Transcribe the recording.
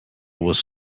was